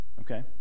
Okay